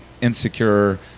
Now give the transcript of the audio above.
insecure